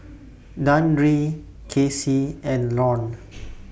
Dandre Casey and Lorne